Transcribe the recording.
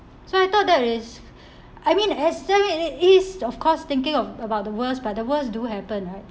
so I thought that is I mean as soon as it is of course thinking of about the worst but the worst do happen right